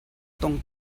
tong